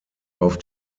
auf